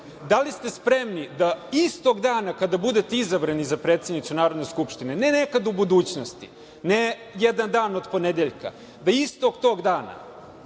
li ste spremni da istog dana kada budete izabrani za predsednicu Narodne skupštine, ne nekad u budućnosti, ne jedan dan od ponedeljka, da istog tog dana